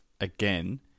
again